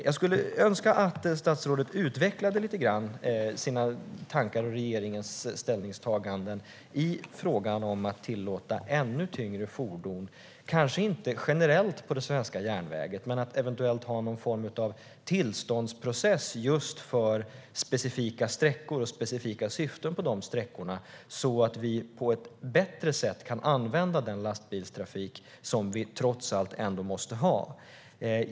Jag skulle önska att statsrådet utvecklade lite grann sina tankar och regeringens ställningstaganden i frågan om att tillåta ännu tyngre fordon, kanske inte generellt på den svenska järnvägen men att eventuellt ha någon form av tillståndsprocess för specifika sträckor och speciella syften på de sträckorna, så att vi på ett bättre sätt kan använda den lastbilstrafik som vi trots allt måste ha.